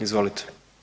Izvolite.